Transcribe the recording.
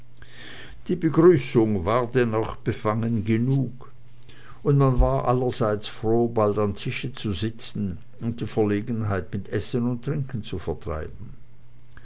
die begrüßung war denn auch befangen genug und man war allerseits froh bald am tische zu sitzen und die verlegenheit mit essen und trinken zu vertreiben